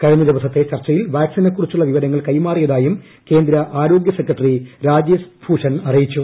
കഴിഞ്ഞ ദിവസത്തെ ചർച്ചയിൽ വാക്സിനെക്കുറിച്ചുള്ള വ്യിപ്പൂര്ങ്ങൾ കൈമാറിയതായും കേന്ദ്ര ആരോഗ്യസെക്രട്ടറി രാജേഷ് ഭൂഷൺ അറിയിച്ചു